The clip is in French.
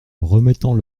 remettant